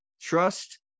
Trust